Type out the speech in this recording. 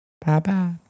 Bye-bye